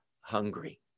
hungry